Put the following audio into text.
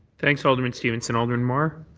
thanks, alderman stevenson. alderman mar?